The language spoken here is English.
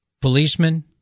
Policemen